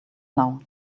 now